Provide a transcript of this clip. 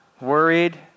worried